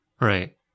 Right